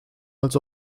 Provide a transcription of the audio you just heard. als